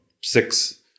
six